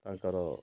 ତାଙ୍କର